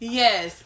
yes